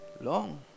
Long